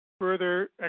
Further